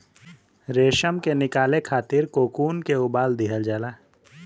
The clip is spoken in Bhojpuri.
रेशम के निकाले खातिर कोकून के उबाल दिहल जाला